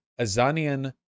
Azanian